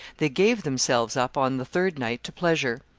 they gave themselves up on the third night to pleasure.